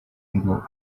ngo